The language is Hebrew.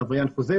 בעבריין חוזר,